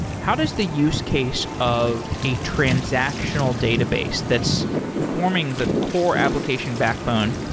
how does the use case of a transactional database that's forming the core application backbone?